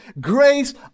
grace